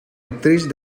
actriz